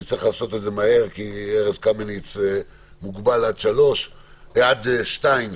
ונצטרך לעשות את זה מהר כי ארז קמיניץ מוגבל עד שעה 2,